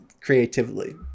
creatively